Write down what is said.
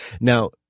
Now